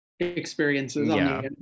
experiences